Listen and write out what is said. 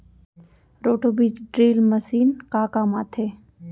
Roto बीज drill machine का काम आथे?